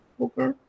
Okay